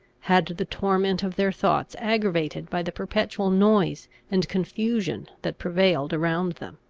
had the torment of their thoughts aggravated by the perpetual noise and confusion that prevailed around them.